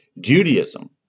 Judaism